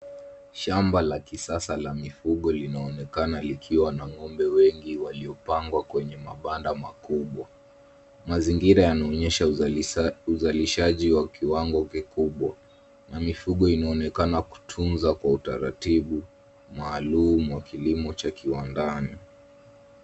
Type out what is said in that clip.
Shamba la kisasa la mifugo linaonekana likiwa na ng'ombe wengi waliopangwa kwenye mabanda makubwa. Mazingira yanaonyesha uzalishaji wa kiwango kikubwa. Mifugo inaonekana kutunzwa kwa utaratibu maalum wa kilimo cha kiwandani.